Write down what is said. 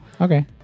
Okay